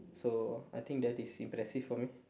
so I think that is impressive for me